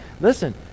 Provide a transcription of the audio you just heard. Listen